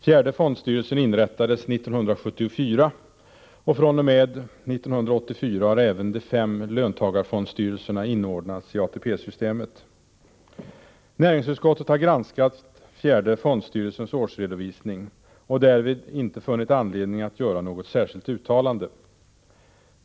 Fjärde fondstyrelsen inrättades 1974, och fr.o.m. 1984 har även de fem löntagarfondsstyrelserna inordnats i ATP-systemet. Näringsutskottet har granskat fjärde fondstyrelsens årsredovisning och därvid inte funnit anledning att göra något särskilt uttalande.